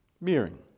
bearing